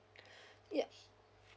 yea